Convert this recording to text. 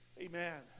Amen